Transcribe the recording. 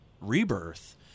Rebirth